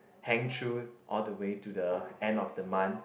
hang through all the way to the end of the month